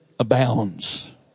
Abounds